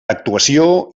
actuació